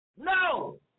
no